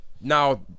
Now